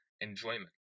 enjoyment